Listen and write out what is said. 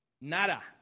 nada